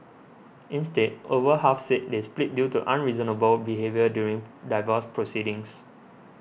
instead over half said they split due to unreasonable behaviour during divorce proceedings